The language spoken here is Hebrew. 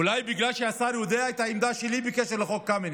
אולי בגלל שהשר יודע את העמדה שלי בקשר לחוק קמיניץ,